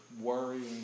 worrying